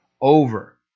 over